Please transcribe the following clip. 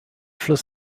fluss